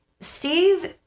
Steve